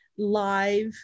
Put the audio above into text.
live